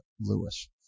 Lewis